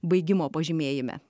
baigimo pažymėjime